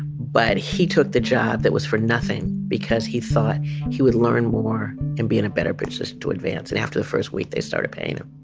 but he took the job that was for nothing because he thought he would learn more and be in a better position to advance. and after the first week, they started paying him